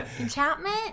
Enchantment